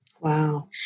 Wow